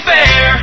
Fair